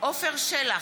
עפר שלח,